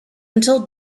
until